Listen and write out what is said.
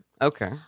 Okay